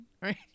right